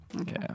okay